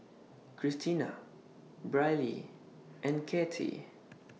Kristina Brylee and Kattie